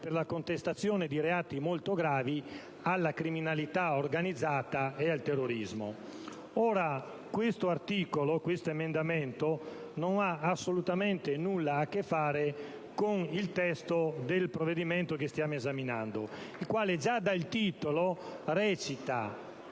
per la contestazione di reati molto gravi alla criminalità organizzata e ai terroristi. Ora, l'emendamento in questione non ha assolutamente nulla a che fare con il testo del provvedimento che stiamo esaminando, il quale già dal titolo indica